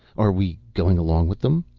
are we going along with them?